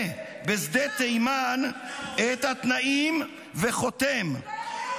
בשדה תימן את התנאים וחותם -- מי זה הרופא הזה?